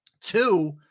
Two